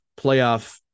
playoff